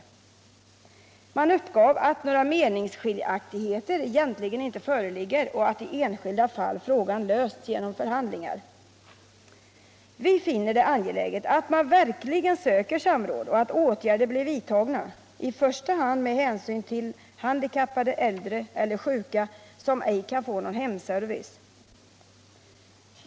Man uppgav att några meningsskiljaktigheter egentligen inte föreligger och att i enskilda fall frågan lösts genom förhandlingar. Vi finner det angeläget att man verkligen söker samråd och att åtgärder blir vidtagna. I första hand gäller detta med hänsyn till handikappade, äldre och sjuka som ej kan få någon hemservice.